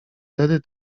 tedy